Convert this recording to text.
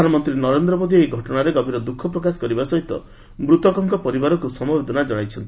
ପ୍ରଧାନମନ୍ତ୍ରୀ ନରେନ୍ଦ୍ର ମୋଦି ଏହି ଘଟଣାରେ ଗଭୀର ଦୁଃଖ ପ୍ରକାଶ କରିବା ସହିତ ମୃତକଙ୍କ ପରିବାରକୁ ସମବେଦନା ଜଶାଇଛନ୍ତି